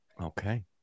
Okay